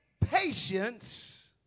patience